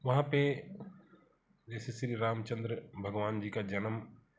वहाँ पर जैसे श्री रामचंद्र भगवान जी का जन्म